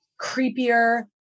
creepier